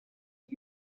les